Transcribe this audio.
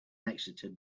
exited